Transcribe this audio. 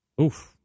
Oof